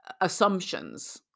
assumptions